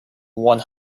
one